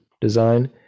design